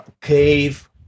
cave